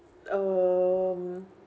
um